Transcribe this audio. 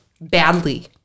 badly